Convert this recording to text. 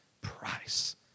price